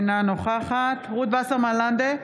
אינה נוכחת רות וסרמן לנדה,